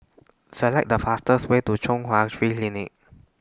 Select The fastest Way to Chung Hwa Free Clinic